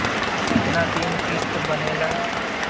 कितना दिन किस्त बनेला?